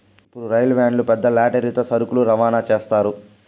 ఇప్పుడు రైలు వ్యాన్లు పెద్ద లారీలతో సరుకులు రవాణా చేత్తారు